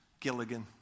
Gilligan